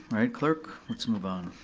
alright, clerk, let's move on.